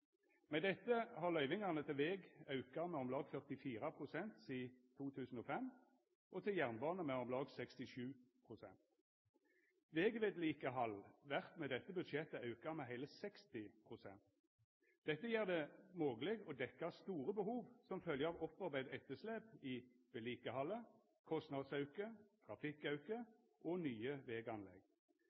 Med dette har løyvingane til veg auka med om lag 44 pst. sidan 2005, og til jernbane med om lag 67 pst. Vegvedlikehald vert med dette budsjettet auka med heile 60 pst. Dette gjer det mogleg å dekkja store behov som følgje av opparbeidd etterslep i vedlikehaldet, kostnadsauke, trafikkauke og nye veganlegg.